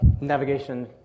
navigation